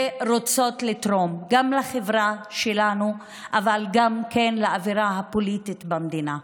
ושהן רוצות לתרום גם לחברה שלנו אבל גם לאווירה הפוליטית במדינה,